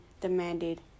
demanded